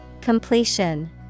completion